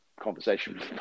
conversation